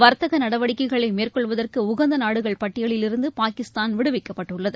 வர்த்தக நடவடிக்கைகளை மேற்கொள்வதற்கு உகந்த நாடு பட்டியலில் இருந்து பாகிஸ்தான் விடுக்கப்பட்டுள்ளது